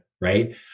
Right